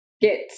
get